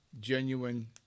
genuine